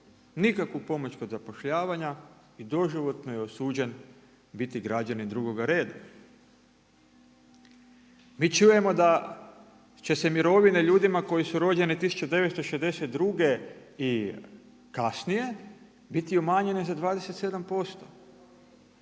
nikakvu pomoć kod zapošljavanja i doživotno je osuđen biti građanin drugoga reda. Mi čujemo da će se mirovine ljudima koji su rođeni 1962. i kasnije biti umanjene za 27%.